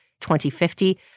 2050